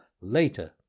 later